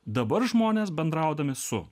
dabar žmonės bendraudami su